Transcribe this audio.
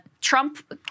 Trump